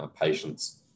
patients